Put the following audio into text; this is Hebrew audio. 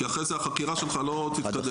כי אחרי זה החקירה שלך לא תתקדם.